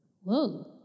whoa